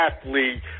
athlete